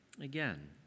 again